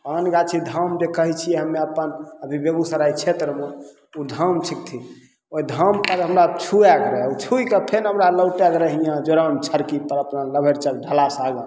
पान गाछी धाम जे कहय छियै हमे अपन अभी बेगूसराय क्षेत्रमे उ धाम छिकथी ओइ धामपर हमरा छुवएके रहय उ छुइ कऽ फेर हमरा लौटऽके रहय हियाँ जयराम छरकी अपना लभैर चौक ढालासँ आगा